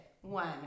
one